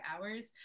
hours